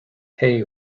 hay